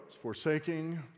Forsaking